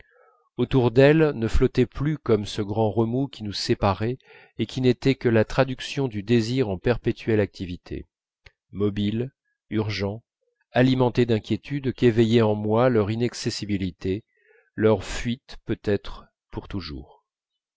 autour d'elles ne flottait plus comme ce grand remous qui nous séparait et qui n'était que la traduction du désir en perpétuelle activité mobile urgent alimenté d'inquiétudes qu'éveillaient en moi leur inaccessibilité leur fuite peut-être pour toujours